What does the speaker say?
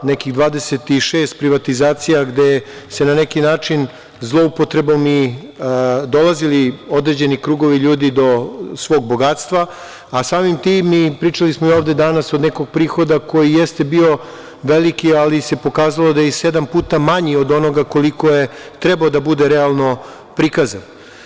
Nekih 26 privatizacija, gde su na neki način zloupotrebom i dolazili određeni krugovi ljudi do svog bogatstva, a samim tim, pričali smo ovde i danas, od nekog prihoda koji jeste bio veliki, ali se pokazalo da je i sedam puta manji od onoga koliko je trebalo da bude realno prikazan.